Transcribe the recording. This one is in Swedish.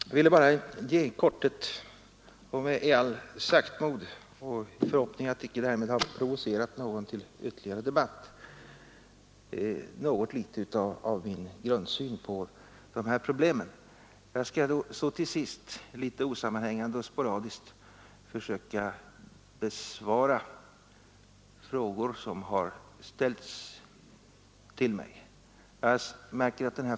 Jag ville bara i korthet och i allt saktmod, och i förhoppningen att icke ha provocerat någon till ytterligare debatt, ge något litet av min grundsyn på de här problemen. Jag vill till sist och litet osammanhängande och sporadiskt försöka besvara de frågor som ställts till mig.